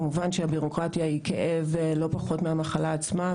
כמובן שהבירוקרטיה היא כאב לא פחות גדול מהמחלה עצמה,